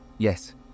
Yes